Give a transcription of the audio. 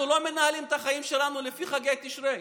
אנחנו לא מנהלים את החיים שלנו לפי חגי תשרי,